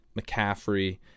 McCaffrey